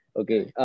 okay